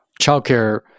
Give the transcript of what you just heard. Childcare